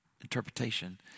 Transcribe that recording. interpretation